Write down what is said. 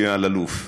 מסייה אלאלוף,